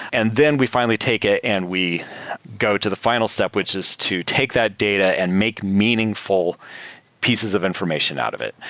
and then we finally take it and we go to the final step, which is to take that data and make meaningful pieces of information out of it.